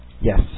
Yes